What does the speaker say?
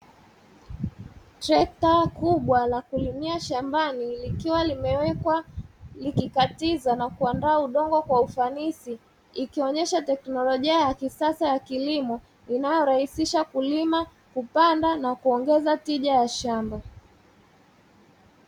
Trekta kubwa la kulimia shambani likiwa limewekwa, likikatiza na kuandaa udongo kwa ufanisi ikionyesha teknolojia ya kisasa ya kilimo inayorahisisha kulima, kupanda na kuongeza tija ya shamba.